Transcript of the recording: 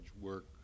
work